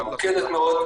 ממוקדת מאוד,